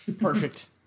Perfect